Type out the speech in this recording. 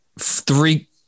three